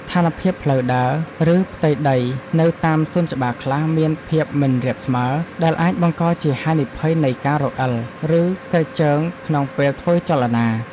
ស្ថានភាពផ្លូវដើរ ឬផ្ទៃដីនៅតាមសួនច្បារខ្លះមានភាពមិនរាបស្មើ ដែលអាចបង្កជាហានិភ័យនៃការរអិល ឬគ្រេចជើងក្នុងពេលធ្វើចលនា។